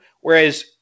whereas